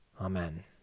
Amen